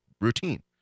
routine